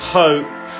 hope